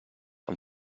amb